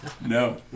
no